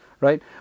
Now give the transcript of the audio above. Right